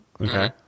Okay